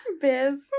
Biz